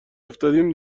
افتادیم